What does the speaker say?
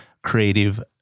creative